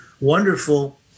wonderful